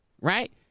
right